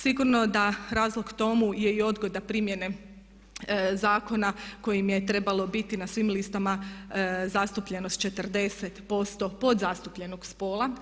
Sigurno da razlog tomu je i odgoda primjene zakona kojim je trebalo biti na svim listama zastupljenost 40% podzastupljenog spola.